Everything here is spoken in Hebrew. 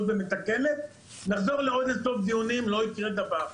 ומתקנת - נחזור לעוד אין-סוף דיונים ולא יקרה דבר.